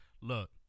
look